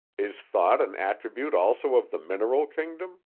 is thought an attribute also of the mineral kingdom?